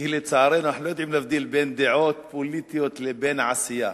כי לצערנו אנחנו לא יכולים להבדיל בין דעות פוליטיות לבין עשייה.